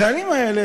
החיילים האלה,